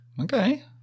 Okay